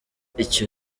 icyo